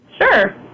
Sure